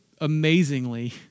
amazingly